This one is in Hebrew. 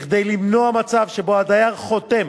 כדי למנוע מצב שבו הדייר חותם